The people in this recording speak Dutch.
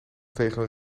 tegen